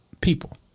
people